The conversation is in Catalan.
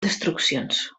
destruccions